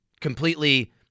completely